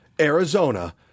Arizona